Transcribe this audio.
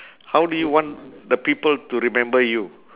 how do you want the people to remember you